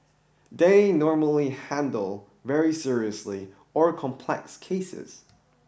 they normally handle very seriously or complex cases